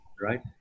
right